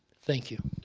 thank you.